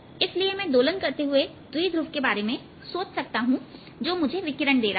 इसलिए मैं एक दोलन करते हुए द्विध्रुव के बारे में सोच सकता हूं जो मुझे विकिरण दे रहा है